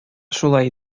шулай